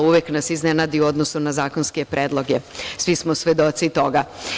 Uvek nas iznenadi u odnosu na zakonske predloge, svi smo svedoci toga.